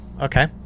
Okay